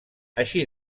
així